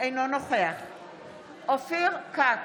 אינו נוכח אופיר כץ,